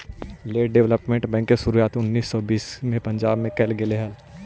land development bank के शुरुआत उन्नीस सौ बीस में पंजाब में कैल गेले हलइ